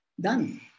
Done